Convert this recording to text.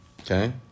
Okay